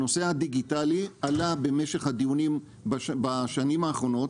הנושא הדיגיטלי עלה במשך הדיונים בשנים האחרונות